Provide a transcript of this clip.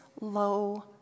low